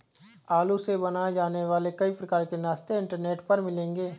आलू से बनाए जाने वाले कई प्रकार के नाश्ते इंटरनेट पर मिलेंगे